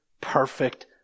perfect